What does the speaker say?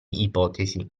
ipotesi